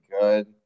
good